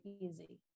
easy